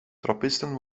trappisten